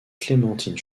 clémentine